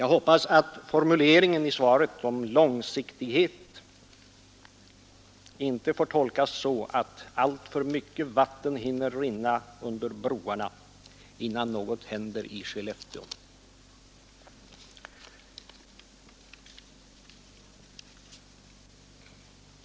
Jag hoppas att formuleringen i svaret om långsiktighet inte skall tolkas så att alltför mycket vatten hinner rinna under broarna innan något i det här avseendet händer i Skellefteå.